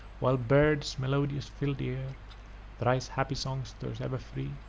while birds melodious fill'd the air thrice happy songsters, ever free,